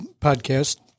podcast